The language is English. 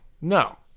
No